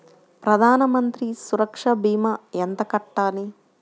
ప్రధాన మంత్రి సురక్ష భీమా ఎంత కట్టాలి?